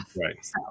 right